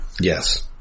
Yes